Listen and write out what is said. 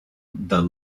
the